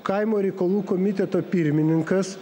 kaimo reikalų komiteto pirmininkas